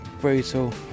brutal